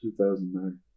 2009